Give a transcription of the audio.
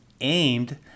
aimed